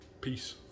Peace